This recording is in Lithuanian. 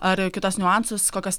ar kitas niuansus kokias